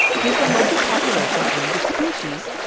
gives the local population, and the species,